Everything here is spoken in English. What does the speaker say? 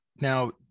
now